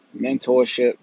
mentorship